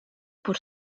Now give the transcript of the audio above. por